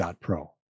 pro